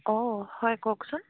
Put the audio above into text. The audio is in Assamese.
অঁ হয় কওকচোন